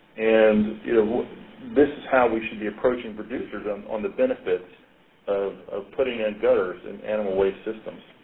and this is how we should be approaching producers um on the benefits of of putting in gutters in animal waste systems.